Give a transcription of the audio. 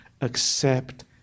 accept